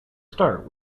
start